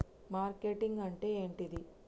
Marketing అంటే ఏంటిది?